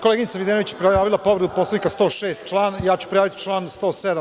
Koleginica Videnović je prijavila povredu Poslovnika, član 106, a ja ću prijaviti član 107.